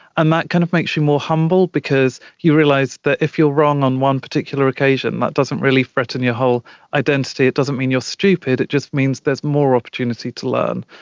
and that kind of makes you more humble because you realise that if you're wrong on one particular occasion, that doesn't really threaten your whole identity, it doesn't mean you're stupid, it just means there's more opportunity to learn.